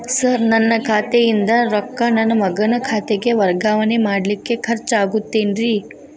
Sir ನನ್ನ ಖಾತೆಯಿಂದ ರೊಕ್ಕ ನನ್ನ ಮಗನ ಖಾತೆಗೆ ವರ್ಗಾವಣೆ ಮಾಡಲಿಕ್ಕೆ ಖರ್ಚ್ ಆಗುತ್ತೇನ್ರಿ?